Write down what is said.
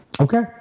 Okay